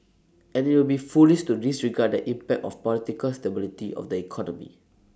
and IT would be foolish to disregard impact of political stability of the economy